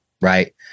right